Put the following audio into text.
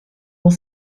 dans